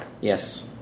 Yes